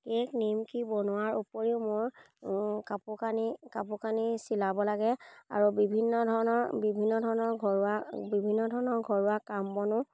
cake নিমকি বনোৱাৰ উপৰিও মোৰ কাপোৰ কানি কাপোৰ কানি চিলাব লাগে আৰু বিভিন্ন ধৰণৰ বিভিন্ন ধৰণৰ ঘৰুৱা বিভিন্ন ধৰণৰ ঘৰুৱা কাম বনো